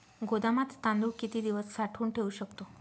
गोदामात तांदूळ किती दिवस साठवून ठेवू शकतो?